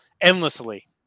endlessly